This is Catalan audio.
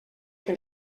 que